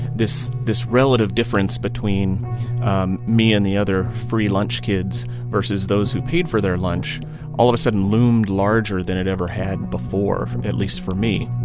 this this relative difference between um me and the other free lunch kids versus those who paid for their lunch all of a sudden loomed larger than it ever had before, at least for me